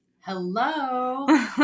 Hello